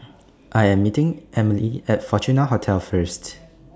I Am meeting Emilee At Fortuna Hotel First